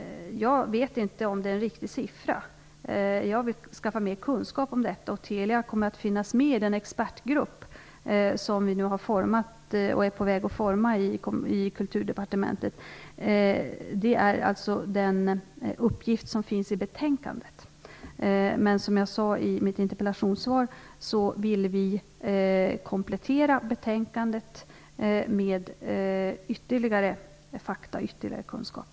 Jag vet inte om det är en riktig siffra. Jag vill skaffa mer kunskap om detta. Telia kommer att finnas med i den expertgrupp som vi nu är på väg att forma i Kulturdepartementet. Det är den uppgift som finns i betänkandet. Som jag sade i mitt interpellationssvar ville vi komplettera betänkandet med ytterligare fakta och kunskap.